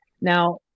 now